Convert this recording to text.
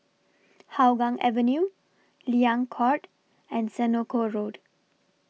Hougang Avenue Liang Court and Senoko Road